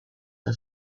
her